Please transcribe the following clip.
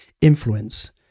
influence